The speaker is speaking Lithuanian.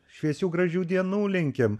šviesių gražių dienų linkim